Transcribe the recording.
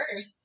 Earth